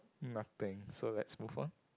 nothing so let's move on